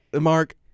Mark